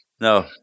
No